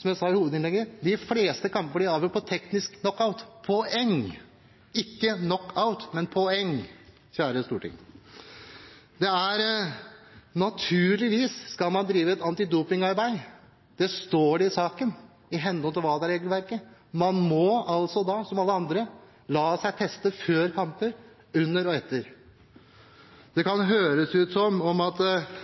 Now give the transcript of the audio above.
som jeg sa i hovedinnlegget, blir de fleste kamper avgjort på teknisk knockout, på poeng – ikke knockout, men poeng, kjære storting. Naturligvis skal man drive et antidopingarbeid – det står det i saken – i henhold til WADA-regelverket. Man må altså da – som alle andre – la seg teste før kamper, under og etter. Når man begynner å snakke om antikorrupsjon, kan det høres ut som om